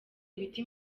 ibiti